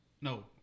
No